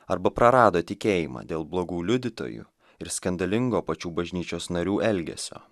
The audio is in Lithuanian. arba prarado tikėjimą dėl blogų liudytojų ir skandalingo pačių bažnyčios narių elgesio